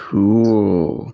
Cool